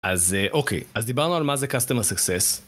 אז אה, אוקיי. אז דיברנו על מה זה Customer Success.